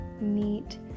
neat